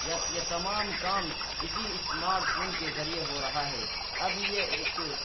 یا یا تمام کام اسی اسمارٹ فون کے ذریعے ہو رہا ہے اب یہ ایک